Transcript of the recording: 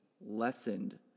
lessened